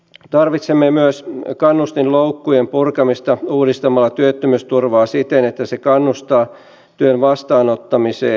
tarvitsemme myös kannustinloukkujen purkamista uudistamalla työttömyysturvaa siten että se kannustaa työn vastaanottamiseen